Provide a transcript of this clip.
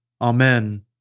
Amen